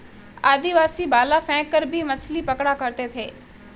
आदिवासी भाला फैंक कर भी मछली पकड़ा करते थे